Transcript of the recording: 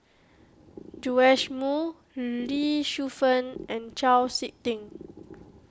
Joash Moo Lee Shu Fen and Chau Sik Ting